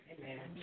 Amen